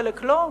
לחלק לא,